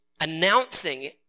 announcing